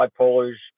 bipolar's